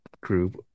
group